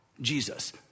Jesus